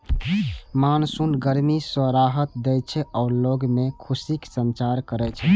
monsoon गर्मी सं राहत दै छै आ लोग मे खुशीक संचार करै छै